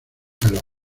los